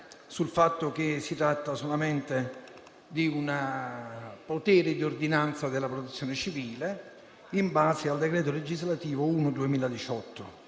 sul fatto che si tratta solamente di un potere di ordinanza della Protezione civile in base al decreto legislativo n.